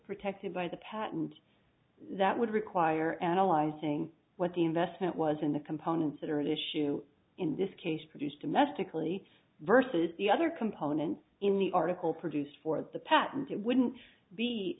protected by the patent that would require analyzing what the investment was in the components that are at issue in this case produce domestically versus the other components in the article produced for the patent it wouldn't be